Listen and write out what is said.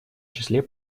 числе